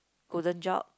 Golden Job